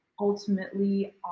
ultimately